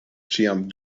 ĉiam